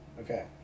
Okay